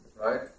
right